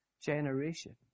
generation